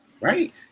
Right